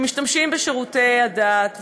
שמשתמשים בשירותי הדת,